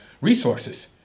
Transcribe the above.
resources